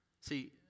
See